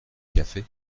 café